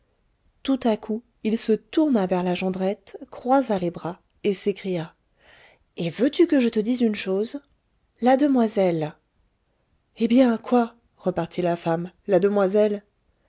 tout à coup il se tourna vers la jondrette croisa les bras et s'écria et veux-tu que je te dise une chose la demoiselle eh bien quoi repartit la femme la demoiselle